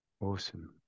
Awesome